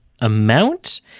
amount